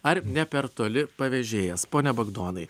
ar ne per toli pavežėjas pone bagdonai